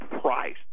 price